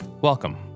welcome